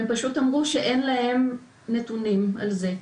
הם פשוט אמרו שאין להם נתונים על זה.